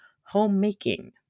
homemaking